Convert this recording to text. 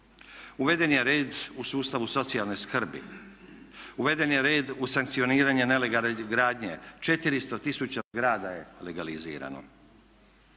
uveden je red u sustavu socijalne skrbi, uveden je red u sankcioniranje nelegalne gradnje, 400 tisuća zgrada je legalizirano,